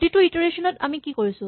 প্ৰতিটো ইটাৰেচন ত আমি কি কৰিছো